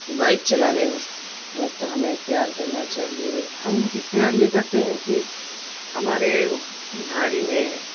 bike چلانے وقت ہمیں اختیار کرنا چاہیے ہم اختیار یہ کرتے ہیں کہ ہمارے گاڑی میں